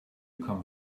come